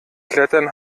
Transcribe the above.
klettern